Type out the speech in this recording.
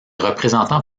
représentants